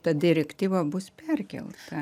ta direktyva bus perkelta